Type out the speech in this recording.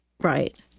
Right